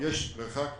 יש מרחק רב.